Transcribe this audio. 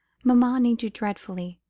mamma needs you dreadfully,